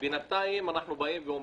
בינתיים אנחנו אומרים: